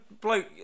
bloke